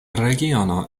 regiono